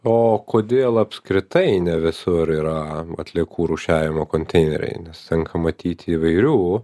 o kodėl apskritai ne visur yra atliekų rūšiavimo konteineriai nes tenka matyti įvairių